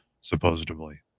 supposedly